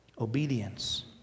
obedience